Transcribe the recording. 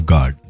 God